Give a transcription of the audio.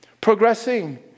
progressing